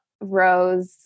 Rose